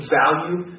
value